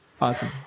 Awesome